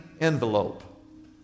envelope